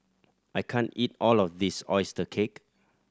I can't eat all of this oyster cake